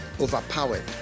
overpowered